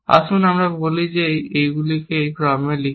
আসুন আমরা বলি যে আমরা এইগুলিকে এই ক্রমে রাখি